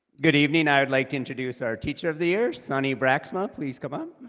good evening. i would like to introduce our teacher of the year sunni braaksma. please come up